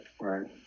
right